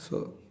so